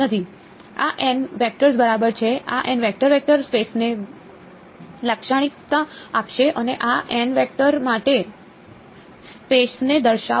આ N vectors બરાબર છે આ N વેક્ટર વેક્ટર સ્પેસને લાક્ષણિકતા આપશે અને આ n વેક્ટર માટે વેક્ટર સ્પેસને દર્શાવવા માટે આ વેક્ટર પર શું જરૂરી છે